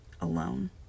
alone